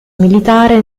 militare